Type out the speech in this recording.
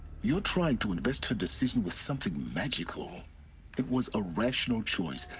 you're trying to invest her decision with something magical it was a rational choice.